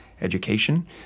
Education